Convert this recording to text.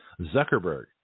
Zuckerberg